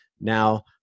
now